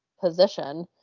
position